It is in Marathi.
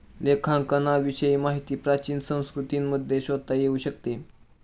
लेखांकनाविषयी माहिती प्राचीन संस्कृतींमध्ये शोधता येऊ शकते